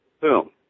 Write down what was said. boom